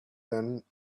than